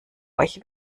euch